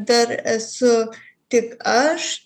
dar esu tik aš